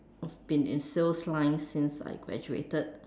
been in sales line since I graduated